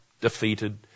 defeated